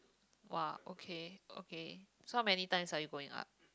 !wah! okay okay so how many times are you going up